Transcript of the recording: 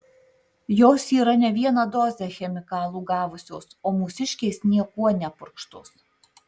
jos yra ne vieną dozę chemikalų gavusios o mūsiškės niekuo nepurkštos